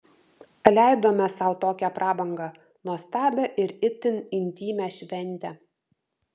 leidome sau tokią prabangą nuostabią ir itin intymią šventę